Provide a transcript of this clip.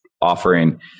offering